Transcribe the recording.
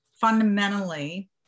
fundamentally